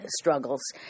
struggles